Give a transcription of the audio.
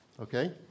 Okay